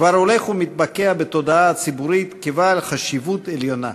כבר הולך ומתקבע בתודעה הציבורית כבעל חשיבות עליונה.